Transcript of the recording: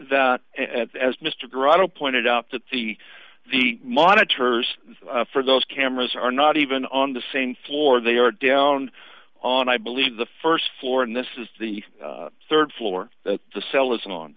that as mr grotto pointed out that the the monitors for those cameras are not even on the same floor they are down on i believe the st floor and this is the rd floor the cell is on